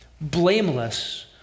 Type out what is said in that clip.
blameless